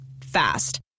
Fast